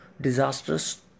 disastrous